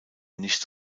nichts